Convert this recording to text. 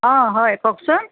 অঁ হয় কওকচোন